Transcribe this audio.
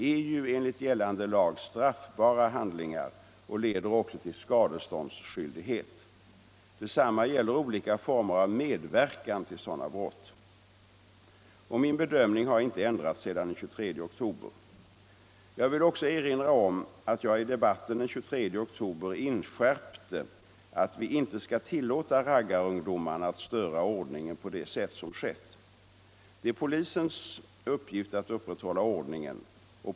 är ju enligt gällande lag straffbara handlingar och leder också till skadeståndsskyldighet. Detsamma gäller olika former av medverkan till sådana brott. Min bedömning har inte ändrats sedan den 23 oktober. Jag vill också erinra om att jag i debatten den 23 oktober inskärpte att vi inte skall tillåta raggarungdomarna att störa ordningen på det sätt som skett. Det är polisens uppgift att upprätthålla ordningen.